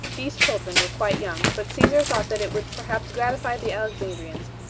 these children were quite young, but caesar thought that it would perhaps gratify the alexandrians,